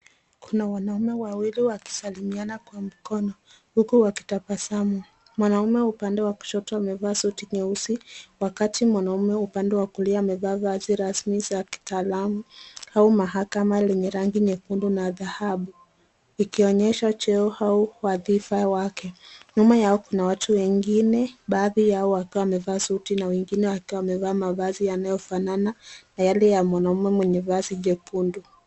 Kuna wanaume wawili wakisalimiana kwa mikono huku wakitabasamu, mwanaume upande wa kushoto amevaa suti nyeusi wakati mwanaume upande wa kulia amevaa vazi rasmi la kitaalamu au mahakama lenye rangi nyekundu na dhahabu, ikionyesha cheo au wadhifa wake ,nyuma yao kuna watu wengine baadhi yao wakiwa wamevaa suti na wengine wakiwa wamevaa mavazi yanayofanana na yale ya mwanaume mwenye vazi jekundu.